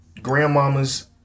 grandmamas